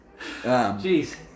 Jeez